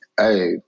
Hey